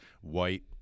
white